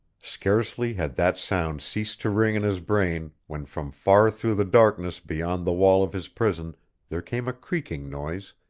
scarcely had that sound ceased to ring in his brain when from far through the darkness beyond the wall of his prison there came a creaking noise,